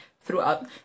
throughout